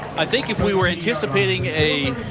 i think if we were anticipating a